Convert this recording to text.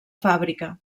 fàbrica